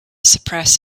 suppress